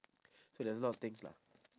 so there's a lot of things lah